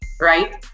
Right